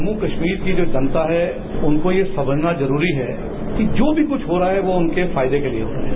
जम्मू कश्मीर की जो जनता है उनको यह समझना जरूरी है कि जो भी कुछ हो रहा है वो उनके फायदे के लिए हो रहा है